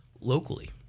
locally